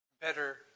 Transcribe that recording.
better